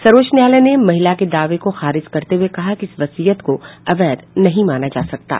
सर्वोच्च न्यायालय ने महिला के दावे को खारिज करते हुए कहा कि इस वसीयत को अवैध नहीं माना जा सकता है